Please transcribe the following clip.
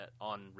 on